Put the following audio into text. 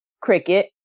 cricket